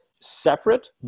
separate